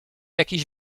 jakiś